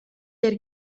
der